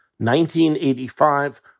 1985